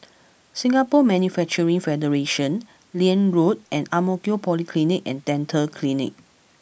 Singapore Manufacturing Federation Liane Road and Ang Mo Kio Polyclinic and Dental Clinic